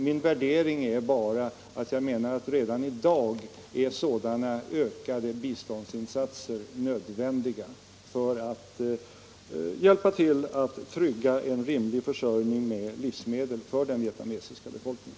Min värdering är bara att jag anser att sådana ökade biståndsinsatser är nödvändiga redan i dag för att hjälpa till att trygga en rimlig försörjning med livsmedel för den vietnamesiska befolkningen.